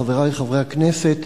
חברי חברי הכנסת,